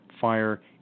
fire